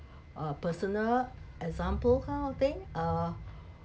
a personal example kind of thing err